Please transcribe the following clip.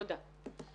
תודה.